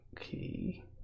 Okay